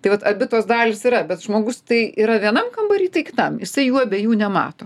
tai vat abi tos dalys yra bet žmogus tai yra vienam kambary tai kitam jisai jų abiejų nemato